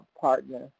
partner